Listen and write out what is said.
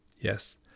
Yes